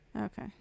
Okay